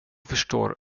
förstår